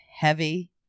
Heavy